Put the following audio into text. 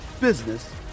business